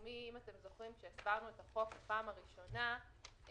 לכם כשהסברנו את החוק בפעם הראשונה,